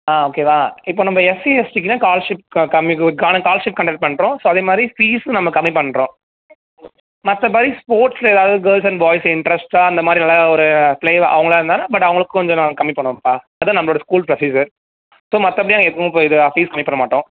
ஓகேவா இப்போது நம்ம எஸ்சி எஸ்டிக்கு தான் ஸ்காலர்ஷிப் க கம்மி கு ஸ்காலர்ஷிப் கண்டக்ட் பண்ணுறோம் ஸோ அதே மாதிரி ஃபீஸ்ஸும் நம்ம கம்மி பண்ணுறோம் மற்றபடி ஸ்போர்ட்ஸில் ஏதாவது கேர்ள்ஸ் அண்ட் பாய்ஸ் இன்ட்ரஸ்ட்டா அந்த மாதிரி நல்லா ஒரு ப்ளேயர் அவங்களா இருந்தாங்கன்னா பட் அவங்களுக்கும் கொஞ்சம் நாங்கள் கம்மி பண்ணுவோம்ப்பா அதான் நம்மளோடய ஸ்கூல் ப்ரொசீஜர் ஸோ மற்றபடி நாங்கள் எப்போவும் போல இது ஃபீஸ் கம்மி பண்ண மாட்டோம்